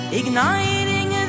igniting